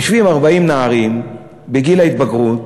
יושבים 40 נערים בגיל ההתבגרות,